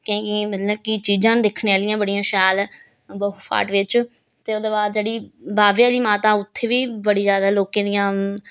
केइयें गी मतलब केईं चीज़ां न दिक्खन आह्लियां बड़ियां शैल बहू फार्ट बिच्च ते ओह्दे बाद जेह्ड़ी बाबे आह्ली माता उत्थें बी बड़ी ज्यादा लोकें दियां